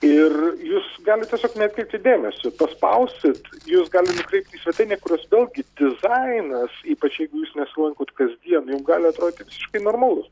ir jūs galit tiesiog neatkreipti dėmesio paspausit jus gali nukreipt į svetainę kurios vėlgi dizainas ypač jeigu jūs nesilankot kasdien jum gali atrodyti visiškai normalus